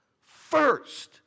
first